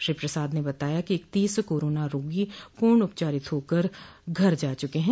श्री प्रसाद ने बताया कि इकतीस कोरोना रोगी पूर्ण उपचारित होकर घर जा चुके हैं